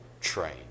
train